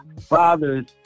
Father's